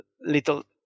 little